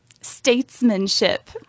statesmanship